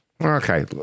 Okay